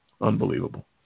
unbelievable